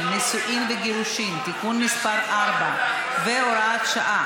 (נישואין וגירושין) (תיקון מס' 4 והוראת שעה),